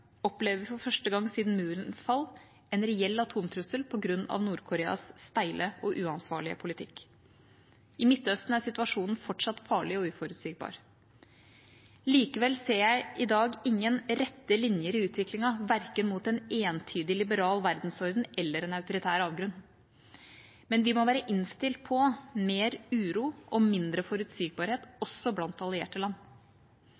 opplever vi for første gang siden murens fall en reell atomtrussel på grunn av Nord-Koreas steile og uansvarlige politikk. I Midtøsten er situasjonen fortsatt farlig og uforutsigbar. Likevel ser jeg i dag ingen rette linjer i utviklingen, verken mot en entydig liberal verdensorden eller en autoritær avgrunn. Men vi må være innstilt på mer uro og mindre forutsigbarhet, også blant allierte land.